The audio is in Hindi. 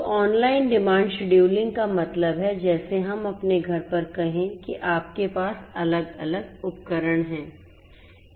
तो ऑनलाइन डिमांड शेड्यूलिंग का मतलब है जैसे हम अपने घर पर कहें कि आपके पास अलग अलग उपकरण हैं